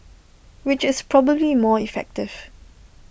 which is probably more effective